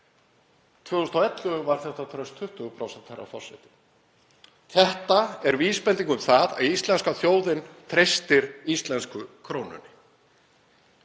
2011 var þetta traust 20%, herra forseti. Það er vísbending um það að íslenska þjóðin treystir íslensku krónunni.